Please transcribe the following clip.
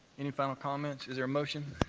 any final comments? is there a motion?